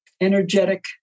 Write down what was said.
energetic